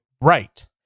right